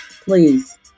Please